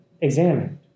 examined